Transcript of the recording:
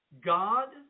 God